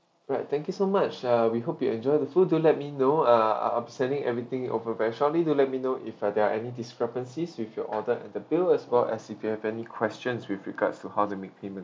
alright thank you so much uh we hope you enjoy the food do let me know uh I'm sending everything over very shortly do let me know if uh there are any discrepancies with your order in the bill as well as if you have any questions with regards to how to make payment